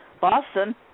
Boston